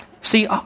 See